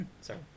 Sorry